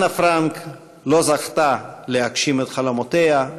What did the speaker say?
אנה פרנק לא זכתה להגשים את חלומותיה,